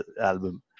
album